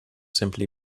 simply